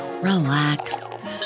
relax